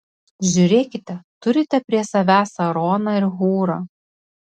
žiūrėkite turite prie savęs aaroną ir hūrą